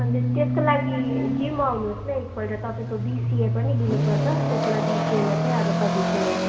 अन्त त्यसको लागि जिम आउनुहोस् न एकपल्ट तपाईँको बिसिए पनि लिनुपर्छ त्यसमा बिसिएमा चाहिँ अब तपाईँको